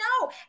no